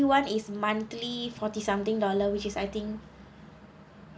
[one] is monthly forty something dollar which is I think